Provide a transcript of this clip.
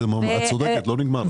את צודקת, הוא לא נגמר.